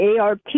ARP